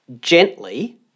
gently